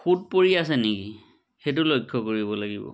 সোঁত পৰি আছে নেকি সেইটো লক্ষ্য কৰিব লাগিব